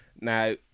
Now